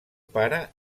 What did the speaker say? pare